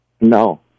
No